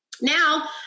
Now